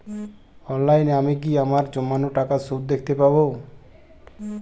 অনলাইনে আমি কি আমার জমানো টাকার সুদ দেখতে পবো?